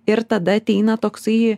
ir tada ateina toksai